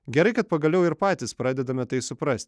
gerai kad pagaliau ir patys pradedame tai suprasti